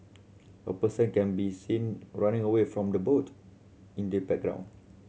a person can be seen running away from the boat in the background